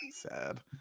sad